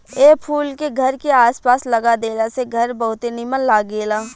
ए फूल के घर के आस पास लगा देला से घर बहुते निमन लागेला